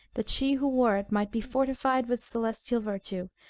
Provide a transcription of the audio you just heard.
that she who wore it might be fortified with celestial virtue,